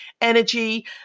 energy